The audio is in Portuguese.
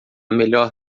melhor